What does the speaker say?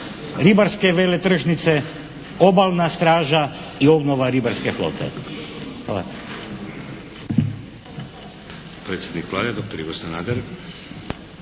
ribarske veletržnice, obalna straža i obnova ribarske flote. Hvala.